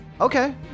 Okay